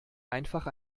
einfach